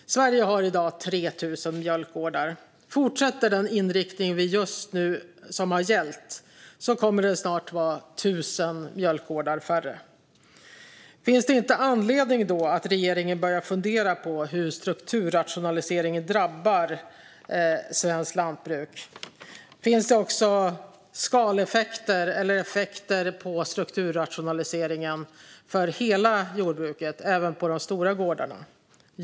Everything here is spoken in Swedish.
Sverige har i dag 3 000 mjölkgårdar. Fortsätter den inriktning som har gällt kommer det snart att vara tusen mjölkgårdar färre. Finns det då inte anledning för regeringen att börja fundera på hur strukturrationaliseringen drabbar svenskt lantbruk? Finns det också skaleffekter eller effekter av strukturrationaliseringen för hela jordbruket även på de stora gårdarna?